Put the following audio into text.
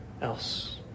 else